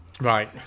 right